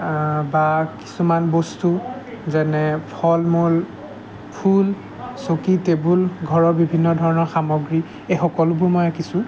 বা কিছুমান বস্তু যেনে ফল মূল ফুল চকী টেবুল ঘৰৰ বিভিন্ন ধৰণৰ সামগ্ৰী এই সকলোবোৰ মই আঁকিছো